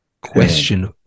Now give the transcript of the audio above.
Question